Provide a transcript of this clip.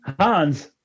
Hans